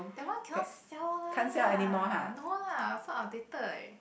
that one cannot sell lah no lah so outdated